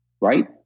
right